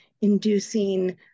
inducing